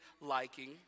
liking